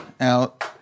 out